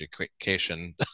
education